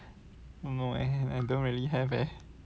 don't know eh I don't really have eh